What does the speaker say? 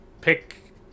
pick